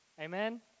Amen